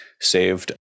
saved